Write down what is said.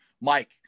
Mike